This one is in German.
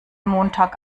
montag